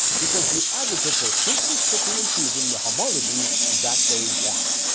because the advocates are simply picking and choosing the homologies that they want!